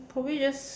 probably just